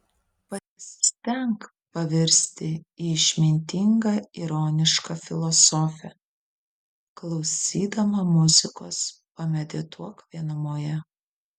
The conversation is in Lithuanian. pasistenk pavirsti į išmintingą ironišką filosofę klausydama muzikos pamedituok vienumoje